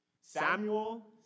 Samuel